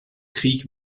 krieg